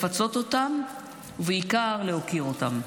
לפצות אותם ובעיקר להוקיר אותם.